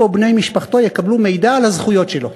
הוא או בני משפחתו יקבלו מידע על הזכויות שלו.